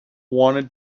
wanted